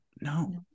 no